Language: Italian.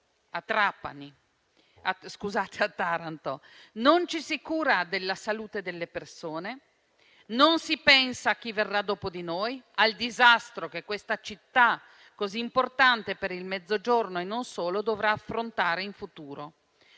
dell'Ilva a Taranto, non ci si cura della salute delle persone, non si pensa a chi verrà dopo di noi e al disastro che questa città, così importante per il Mezzogiorno e non solo, dovrà affrontare in futuro.